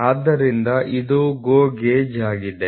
ಆದ್ದರಿಂದ ಇದು GO gauge ಆಗಿದೆ